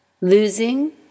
Losing